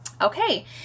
Okay